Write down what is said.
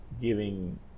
giving